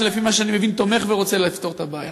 שלפי מה שאני מבין תומך ורוצה לפתור את הבעיה.